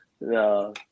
No